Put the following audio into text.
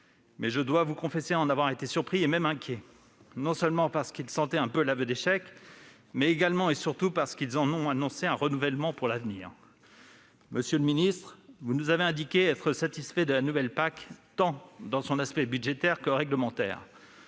atteindre. Je confesse là encore en avoir été surpris, même inquiet, non seulement parce qu'ils étaient presque un aveu d'échec, mais surtout parce qu'ils en ont annoncé le renouvellement à l'avenir. Monsieur le ministre, vous nous avez indiqué être satisfait de la nouvelle PAC, dans son aspect tant budgétaire que réglementaire.